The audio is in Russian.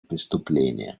преступление